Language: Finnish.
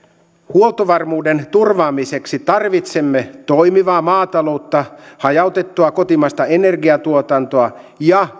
huoltovarmuuden turvaamiseksi tarvitsemme toimivaa maataloutta hajautettua kotimaista energiantuotantoa ja